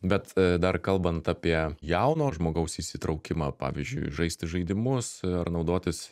bet dar kalbant apie jauno žmogaus įsitraukimą pavyzdžiui žaisti žaidimus ar naudotis